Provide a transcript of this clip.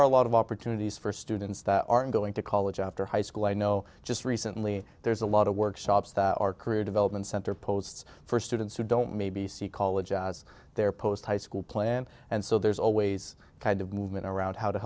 are a lot of opportunities for students that aren't going to college after high school i know just recently there's a lot of workshops that are career development center posts for students who don't maybe see color jobs their post high school plans and so there's always kind of movement around how to